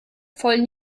voll